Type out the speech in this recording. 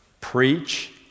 Preach